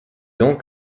dents